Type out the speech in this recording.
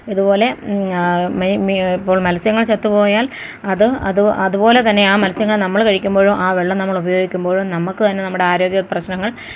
ഇതുപോലെ മെ മി ഇപ്പോൾ മത്സ്യങ്ങൾ ചത്തുപോയാൽ അത് അത് അതുപോലെ തന്നെ ആ മത്സ്യങ്ങൾ നമ്മള് കഴിക്കുമ്പോഴും ആ വെള്ളം നമ്മള് ഉപയോഗിക്കുമ്പോഴും നമുക്ക് തന്നെ നമ്മുടെ ആരോഗ്യ പ്രശ്നങ്ങൾ